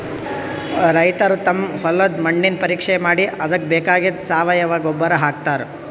ರೈತರ್ ತಮ್ ಹೊಲದ್ದ್ ಮಣ್ಣಿನ್ ಪರೀಕ್ಷೆ ಮಾಡಿ ಅದಕ್ಕ್ ಬೇಕಾಗಿದ್ದ್ ಸಾವಯವ ಗೊಬ್ಬರ್ ಹಾಕ್ತಾರ್